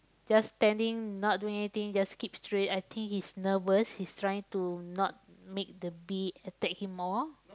just standing not doing anything just keep straight I think he's nervous he's trying to not make the bee attack him more